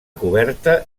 coberta